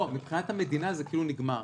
לא, מבחינת המדינה זה כאילו נגמר.